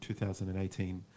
2018